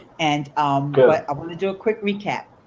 and i want to do a quick recap.